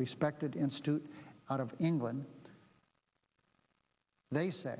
respected institute out of england they say